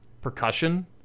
percussion